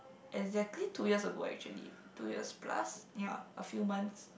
exactly two years ago actually two years plus ya a few months